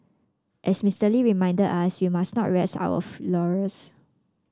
as Mister Lee reminded us we must not rest on our laurels